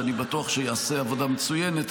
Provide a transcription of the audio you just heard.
שאני בטוח שיעשה עבודה מצוינת.